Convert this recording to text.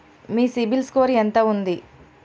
మీ CIBIL score ఎంత ఉంది?